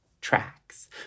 tracks